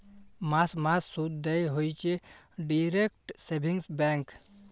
মাস মাস শুধ দেয় হইছে ডিইরেক্ট সেভিংস ব্যাঙ্ক